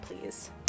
please